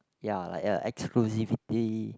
ya like a exclusivity thing